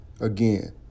Again